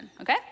Okay